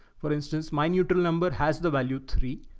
for instance, my neutral number has the value three,